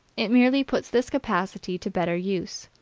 it merely puts this capacity to better use.